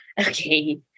Okay